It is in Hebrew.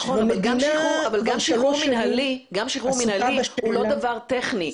נכון, אבל גם שחרור מינהלי הוא לא דבר טכני,